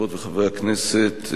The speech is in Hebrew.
חברות וחברי הכנסת,